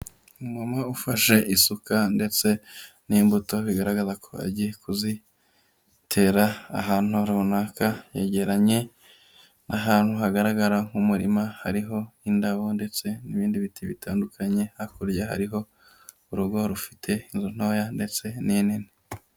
Umuntu ufashe isuka, ndetse n'imbuto, bigaragaza ko agiye kuzitera ahantu runaka, yegeranye n'ahantu hagaragara nk'umurima, hariho indabo, ndetse n'ibindi biti bitandukanye, hakurya hariho urugo rufite inzu ntoya ndetse n'inini.